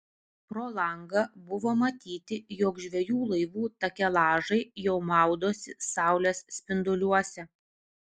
pro langą buvo matyti jog žvejų laivų takelažai jau maudosi saulės spinduliuose